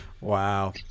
Wow